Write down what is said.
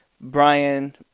Brian